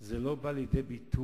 זה לא בא לידי ביטוי